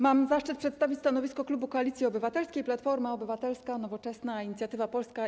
Mam zaszczyt przedstawić stanowisko klubu Koalicja Obywatelska - Platforma Obywatelska, Nowoczesna, Inicjatywa Polska,